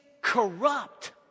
corrupt